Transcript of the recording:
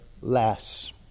less